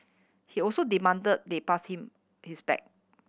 he also demand they pass him his bag